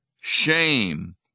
shame